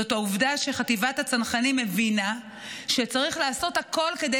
זאת העובדה שחטיבת הצנחנים הבינה שצריך לעשות הכול כדי